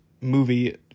movie